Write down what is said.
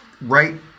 right